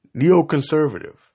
neoconservative